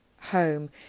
home